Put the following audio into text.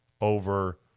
over